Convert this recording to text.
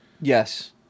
yes